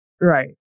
Right